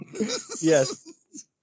Yes